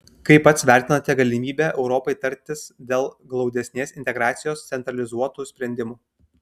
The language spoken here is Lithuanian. kaip pats vertinate galimybę europai tartis dėl glaudesnės integracijos centralizuotų sprendimų